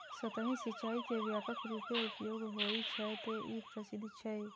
सतही सिंचाइ के व्यापक रूपें उपयोग होइ छै, तें ई प्रसिद्ध छै